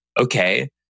Okay